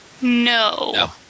No